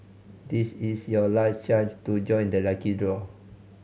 this is your last chance to join the lucky draw